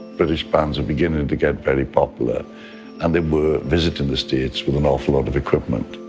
british bands were beginning to get very popular and they were visiting the states with an awful lot of equipment,